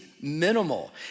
minimal